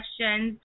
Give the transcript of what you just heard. questions